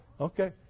Okay